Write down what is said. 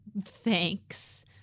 thanks